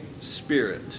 Spirit